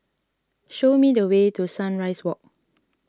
show me the way to Sunrise Walk